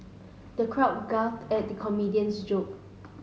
the crowd guffawed at the comedian's joke